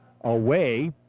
away